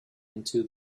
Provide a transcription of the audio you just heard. into